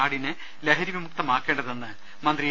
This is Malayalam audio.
നാടിനെ ലഹരി വിമുക്തമാക്കേണ്ടതെന്ന് മന്ത്രി എ